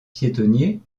piétonnier